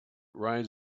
rides